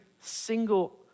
single